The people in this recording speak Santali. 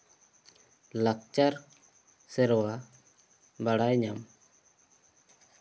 ᱞᱟᱠᱪᱟᱨ ᱥᱮᱨᱣᱟ ᱵᱟᱲᱟᱭ ᱧᱟᱢ